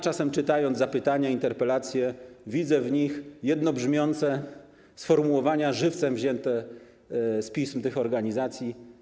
Czytając zapytania, interpelacje, czasem widzę w nich jednobrzmiące sformułowania żywcem wyjęte z pism tych organizacji.